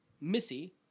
Missy